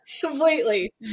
completely